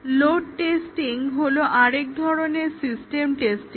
load testing হলো আরেক ধরণের সিস্টেম টেস্টিং